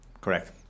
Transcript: correct